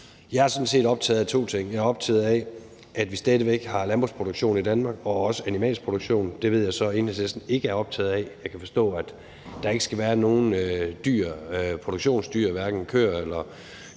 Jeg er sådan set optaget af to ting. Jeg er optaget af, at vi stadig væk har landbrugsproduktion i Danmark og også animalsk produktion. Det ved jeg så Enhedslisten ikke er optaget af. Jeg kan forstå, at der ikke skal være nogen produktionsdyr, hverken køer eller